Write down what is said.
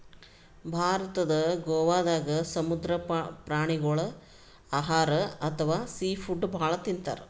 ಭಾರತದ್ ಗೋವಾದಾಗ್ ಸಮುದ್ರ ಪ್ರಾಣಿಗೋಳ್ ಆಹಾರ್ ಅಥವಾ ಸೀ ಫುಡ್ ಭಾಳ್ ತಿಂತಾರ್